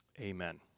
Amen